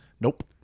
Nope